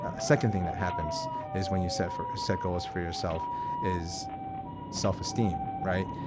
ah second thing that happens is when you set for set goals for yourself is self-esteem. right.